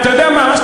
אתה יודע מה?